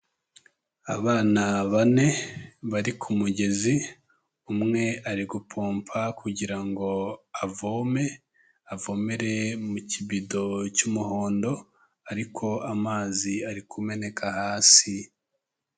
Abana bane, bari ku mugezi, umwe ari gupompa kugira ngo avome, avomerere mu kibido cy'umuhondo, ariko amazi ari kumeneka hasi.